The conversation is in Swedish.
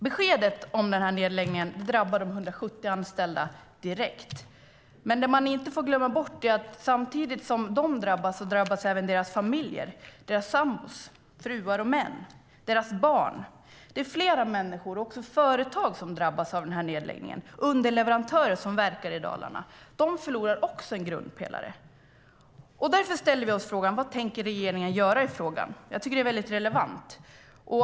Beskedet om nedläggningen drabbar de drygt 170 anställda direkt. Men det man inte får glömma bort är att samtidigt som dessa drabbas så drabbas även deras familjer, sambor, fruar och män, deras barn. Det är flera människor och företag som drabbas av nedläggningen, liksom underleverantörer som verkar i Dalarna. De förlorar också en grundpelare. Därför ställer vi oss frågan: Vad tänker regeringen göra i frågan? Jag tycker att frågan är relevant.